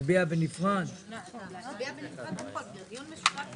על מה אתה עושה דיון משולב?